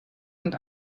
und